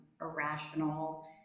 irrational